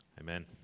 Amen